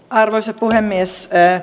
arvoisa puhemies